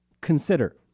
Consider